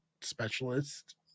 specialist